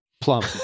plump